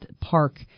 Park